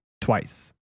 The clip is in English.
twice